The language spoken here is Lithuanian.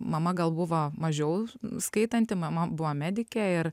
mama gal buvo mažiau skaitanti mama buvo medikė ir